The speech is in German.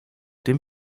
dem